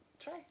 try